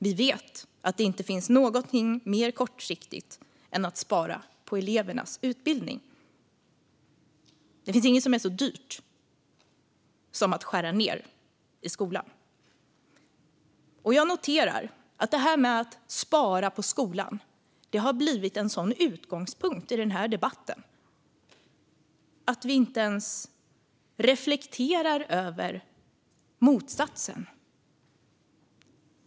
Vi vet att det inte finns någonting mer kortsiktigt än att spara på elevernas utbildning. Det finns inget som är så dyrt som att skära ned i skolan. Jag noterar att det här med att spara på skolan har blivit en sådan utgångspunkt i den här debatten att vi inte ens reflekterar över motsatsen.